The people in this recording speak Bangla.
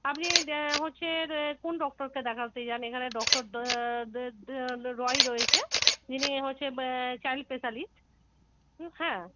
আপনি হচ্ছে কোন ডক্টরকে দেখাতে চান এখানে ডক্টর রয় রয়েছে যিনি হচ্ছে চাইল্ড স্পেশালিস্ট হ্যাঁ